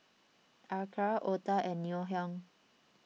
Acar Otah and Ngoh Hiang